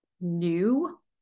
new